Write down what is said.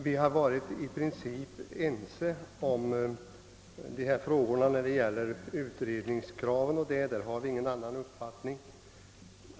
Vi har i princip varit ense beträffande utredningskraven.